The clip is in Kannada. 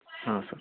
ಹಾಂ ಸರ್